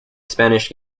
spanish